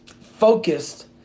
focused